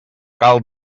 cal